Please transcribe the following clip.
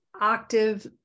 octave